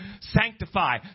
sanctify